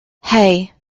hey